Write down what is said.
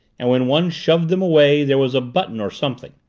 and when one shoved them away there was a button or something.